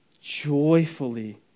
joyfully